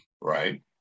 right